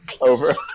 over